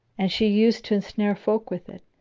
and she used to ensnare folk with it,